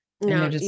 No